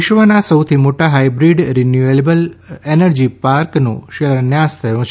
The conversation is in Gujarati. વિશ્વના સૌથી મોટા હાઇબ્રીડ રીન્યુએબલ એનર્જી પાર્કનો શિલાન્યાસ થયો છે